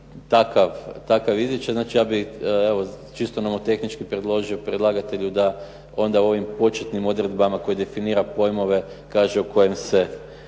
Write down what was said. takav izričaj, znači ja bih evo čisto nomotehnički predložio predlagatelju da onda u ovim početnim odredbama koje definira pojmove kaže o kojem se